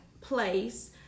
place